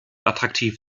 attraktiv